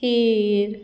खीर